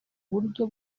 buryo